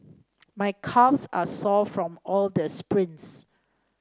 my calves are sore from all the sprints